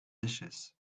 dishes